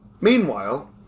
Meanwhile